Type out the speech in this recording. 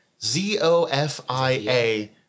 Z-O-F-I-A